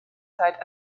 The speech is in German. zeit